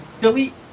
Delete